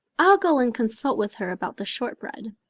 i'll go and consult with her about the shortbread.